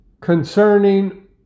concerning